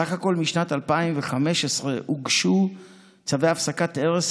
בסך הכול משנת 2015 הוגשו צווי הפסקת הרס